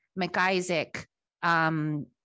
McIsaac